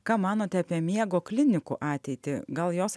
ką manote apie miego klinikų ateitį gal jos